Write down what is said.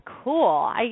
cool